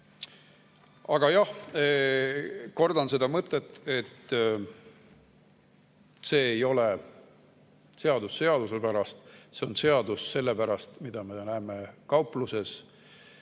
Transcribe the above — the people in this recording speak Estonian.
jah, kordan seda mõtet, et see ei ole seadus seaduse pärast, see on seadus selle pärast, mida me näeme kaupluses,